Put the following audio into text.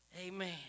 amen